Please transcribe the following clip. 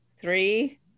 three